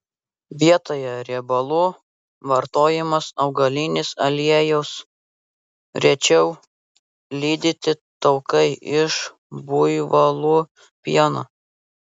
vietoje riebalų vartojamas augalinis aliejus rečiau lydyti taukai iš buivolų pieno